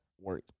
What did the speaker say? work